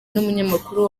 n’umunyamakuru